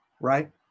right